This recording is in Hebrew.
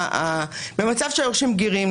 במצב שהיורשים בגירים,